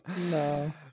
No